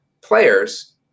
players